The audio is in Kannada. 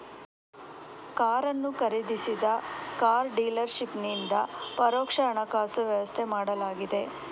ಕಾರನ್ನು ಖರೀದಿಸಿದ ಕಾರ್ ಡೀಲರ್ ಶಿಪ್ಪಿನಿಂದ ಪರೋಕ್ಷ ಹಣಕಾಸು ವ್ಯವಸ್ಥೆ ಮಾಡಲಾಗಿದೆ